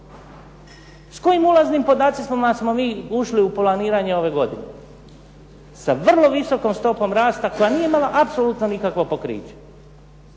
S kojim ulaznim podacima smo mi ušli u planiranje ove godine? Sa vrlo visokom stopom rasta koja nije imala apsolutno nikakvo pokriće.